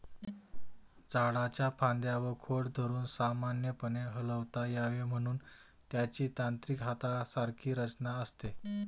झाडाच्या फांद्या व खोड धरून सामान्यपणे हलवता यावे म्हणून त्याची यांत्रिक हातासारखी रचना असते